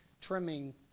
trimming